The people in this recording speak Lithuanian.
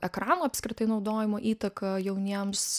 ekrano apskritai naudojimo įtaką jauniems